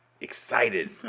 excited